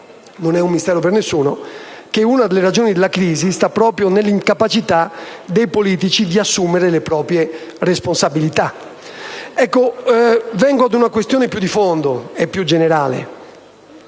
non è un mistero per nessuno che una delle ragioni della crisi sta proprio nell'incapacità dei politici di assumersi le proprie responsabilità. Venendo ad una questione più di fondo e più generale,